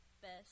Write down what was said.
best